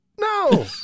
No